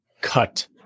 cut